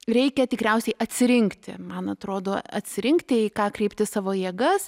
reikia tikriausiai atsirinkti man atrodo atsirinkti į ką kreipti savo jėgas